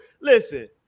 listen